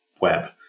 web